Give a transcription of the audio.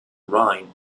rhine